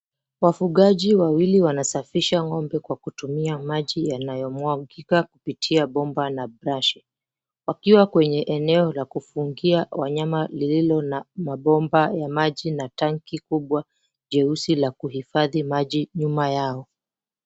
Wafungaji wawili wanasafisha ng'ombe kwa kutumia maji yanayomwajika kupitia bomba na brashi, wakiwa kwenye eneo la kufungia wanyama lililo na mabomba ya maji na tanki kubwa la maji jeusi la kuhifadhi maji nyuma yao.